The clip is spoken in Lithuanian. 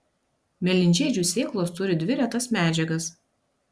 mėlynžiedžių sėklos turi dvi retas medžiagas